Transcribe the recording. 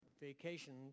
Vacation